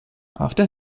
after